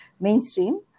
mainstream